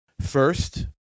first